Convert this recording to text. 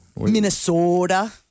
Minnesota